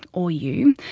or you,